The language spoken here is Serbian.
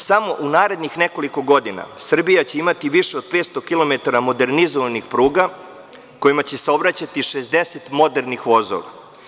Samo u narednih nekoliko godina Srbija će imati više od 500 kilometara modernizovanih pruga kojima će saobraćati 60 modernih vozova.